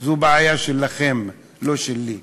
זאת בעיה שלכם, לא שלי.